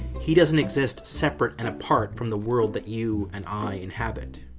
he doesn't exist separate and apart from the world that you and i inhabit.